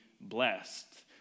blessed